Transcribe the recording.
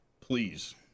please